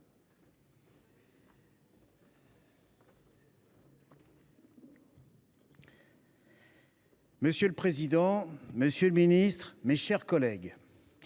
Monsieur le président, monsieur le ministre, mes chers collègues,